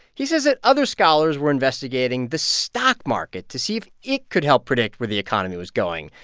he says that other scholars were investigating the stock market to see if it could help predict where the economy was going.